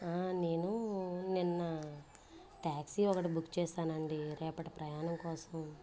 నేను నిన్న ట్యాక్సీ ఒకటి బుక్ చేశానండి రేపటి ప్రయాణం కోసం